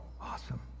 awesome